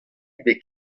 ebet